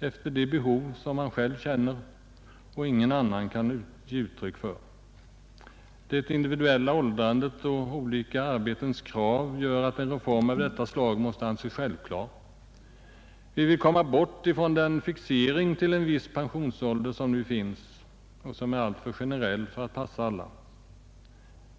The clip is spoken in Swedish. efter det behov som han själv känner och som ingen annan kan ge uttryck för. Det individuella åldrandet och olika arbetens krav gör att en reform av detta slag måste anses självklar. Vi vill komma bort från den fixering till en viss pensionsålder som nu finns och som är alltför generell för att passa alla.